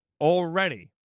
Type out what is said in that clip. already